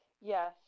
Yes